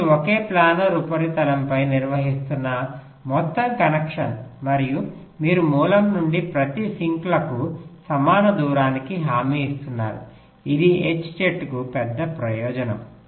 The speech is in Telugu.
మీరు ఒకే ప్లానార్ ఉపరితలం పై నిర్వహిస్తున్న మొత్తం కనెక్షన్ మరియు మీరు మూలం నుండి ప్రతి సింక్లకు సమాన దూరానికి హామీ ఇస్తున్నారు ఇది H చెట్టుకు పెద్ద ప్రయోజనం